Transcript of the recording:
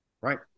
Right